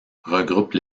regroupe